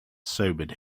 sobered